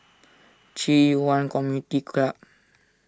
Ci Yuan Community Club